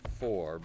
four